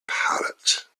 pallet